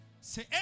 Say